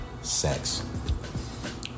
sex